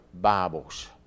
Bibles